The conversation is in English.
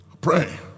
pray